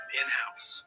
in-house